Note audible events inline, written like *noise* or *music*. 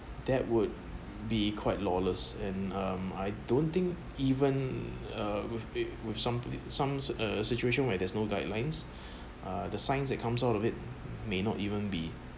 that would be quite lawless and um I don't think even uh with with somebody some uh situation where there's no guidelines *breath* uh the science that comes out of it may not even be